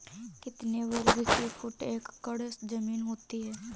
कितने वर्ग फुट की एक एकड़ ज़मीन होती है?